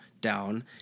down